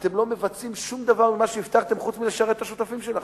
אתם לא מבצעים שום דבר ממה שהבטחתם חוץ מלשרת את השותפים שלכם,